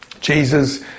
Jesus